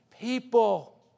people